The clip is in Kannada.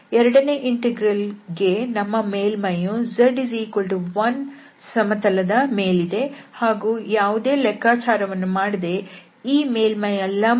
ಎರಡನೇ ಇಂಟೆಗ್ರಲ್ ಗೆ ನಮ್ಮ ಮೇಲ್ಮೈಯು z1 ಸಮತಲ ದ ಮೇಲಿದೆ ಹಾಗೂ ಯಾವುದೇ ಲೆಕ್ಕಾಚಾರ ಮಾಡದೆ ಈ ಮೇಲ್ಮೈ ಯ ಲಂಬ ನಮಗೆ ಗೊತ್ತು